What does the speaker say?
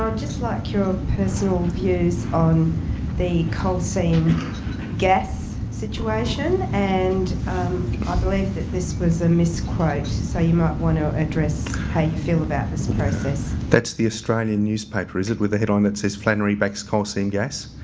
um just like your personal views on the coal seam gas situation. and i believe that this was a misquote so you might want to address how you feel about this and process. that's the australian newspaper is it, with a headline that says flannery backs coal seam gas?